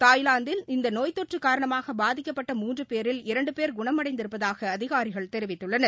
தாய்லாந்தில் இந்தநோய்த் தொற்றுகாரணமாகபாதிக்கப்பட்ட முன்றுபேரில் இரண்டுபோ குணமடைந்திருப்பதாகஅதிகாரிகள் தெரிவித்துள்ளனர்